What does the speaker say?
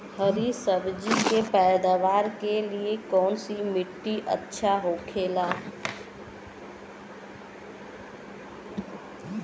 हरी सब्जी के पैदावार के लिए कौन सी मिट्टी अच्छा होखेला?